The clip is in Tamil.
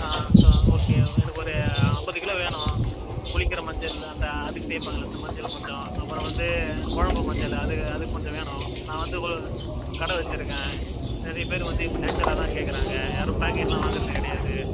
ஆ ஸோ ஓகே எனக்கு ஒரு ஐம்பது கிலோ வேணும் குளிக்கிற மஞ்சள்ல அந்த அதுக்கு தேய்ப்பாங்கல்ல அந்த மஞ்சள் கொஞ்சம் அப்புறம் வந்து குழம்பு மஞ்சள் அது அது கொஞ்சம் வேணும் நான் வந்து ஒரு கடை வச்சிருக்கேன் நிறைய பேர் வந்து இப்போ நேச்சராக தான் கேட்குறாங்க யாரும் பாக்கெட்லாம் வாங்கிறது கிடையாது